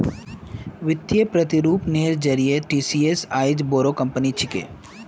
वित्तीय प्रतिरूपनेर जरिए टीसीएस आईज बोरो कंपनी छिके